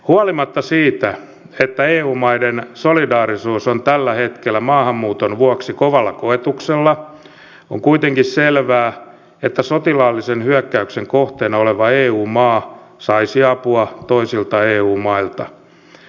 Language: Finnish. huolimatta siitä että eu maiden solidaarisuus on tällä hetkellä maahanmuuton vuoksi kovalla koetuksella on kuitenkin selvää että sotilaallisen hyökkäyksen kohteena oleva eu maa saisi apua toisilta eu mailta